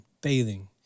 bathing